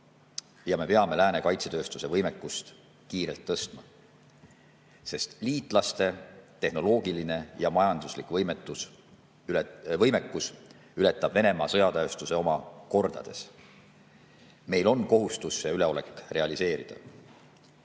ja me peame lääne kaitsetööstuse võimekust kiirelt tõstma. Liitlaste tehnoloogiline ja majanduslik võimekus ületab Venemaa sõjatööstuse oma kordades. Meil on kohustus see üleolek realiseerida.